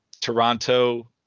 Toronto